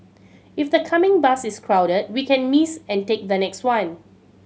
if the coming bus is crowded we can miss and take the next one